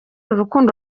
urukundo